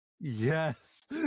Yes